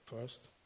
first